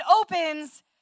opens